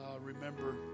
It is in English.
Remember